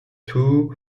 two